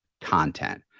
content